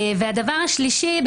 הדבר השלישי,